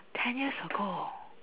ten years ago